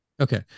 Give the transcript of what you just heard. Okay